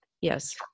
yes